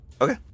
Okay